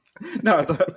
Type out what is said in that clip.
No